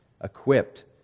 equipped